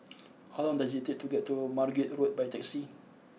how long does it take to get to Margate Road by taxi